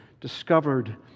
discovered